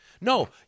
No